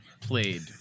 played